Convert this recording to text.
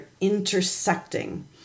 intersecting